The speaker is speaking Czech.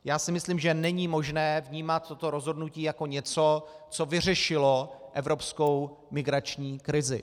Já si myslím, že není možné vnímat toto rozhodnutí jako něco, co vyřešilo evropskou migrační krizi.